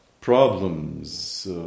problems